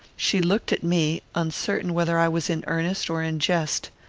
she looked at me, uncertain whether i was in earnest or in jest.